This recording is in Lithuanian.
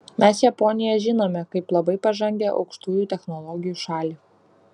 mes japoniją žinome kaip labai pažangią aukštųjų technologijų šalį